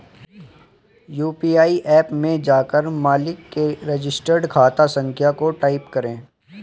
UPI app में जाकर मालिक के रजिस्टर्ड खाता संख्या को टाईप करें